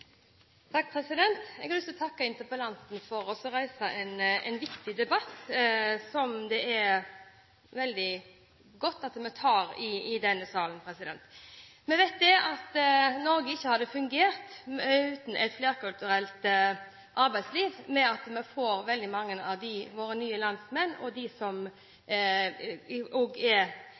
Jeg har lyst til å takke interpellanten for å reise en viktig debatt som det er veldig godt at vi tar i denne salen. Vi vet at Norge ikke hadde fungert uten et flerkulturelt arbeidsliv, ved at vi får veldig mange av våre nye landsmenn og de som kommer til Norge, ut i jobb. Det er